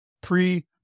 pre